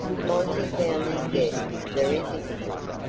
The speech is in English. monty found his guests very difficult.